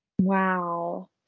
Wow